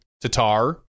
Tatar